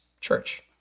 church